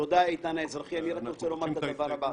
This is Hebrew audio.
אנחנו מבקשים את ההסתייגות.